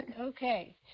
Okay